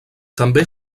també